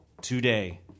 today